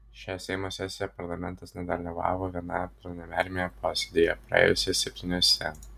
šią seimo sesiją parlamentaras nedalyvavo viename plenariniame posėdyje praėjusią septyniuose